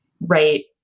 right